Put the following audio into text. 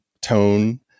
tone